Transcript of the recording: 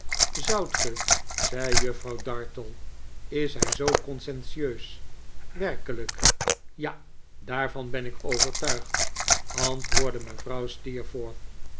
zoudt ge zei juffrouw dartle is hij zoo conscientieus werkelijk ja daarvan ben ik overtuigd antwoordde mevrouw